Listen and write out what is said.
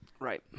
Right